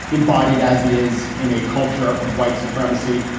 embodied as it is in a culture of white supremacy?